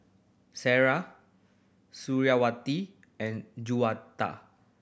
Sarah Suriawati and Juwita